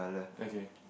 okay